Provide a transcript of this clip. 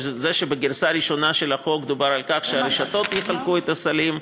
וזה שבגרסה הראשונה של החוק דובר על כך שהרשתות יחלקו את הסלים,